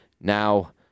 now